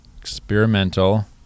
experimental